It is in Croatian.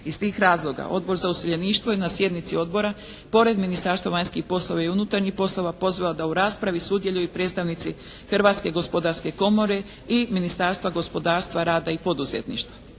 Iz tih razloga Odbor za useljeništvo je na sjednici Odbora pored Ministarstva vanjskih poslova i unutarnjih poslova pozvao da u raspravi sudjeluju i predstavnici Hrvatske gospodarske komore i Ministarstva gospodarstva, rada i poduzetništva.